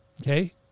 Okay